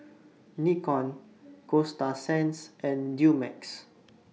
Nikon Coasta Sands and Dumex